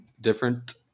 different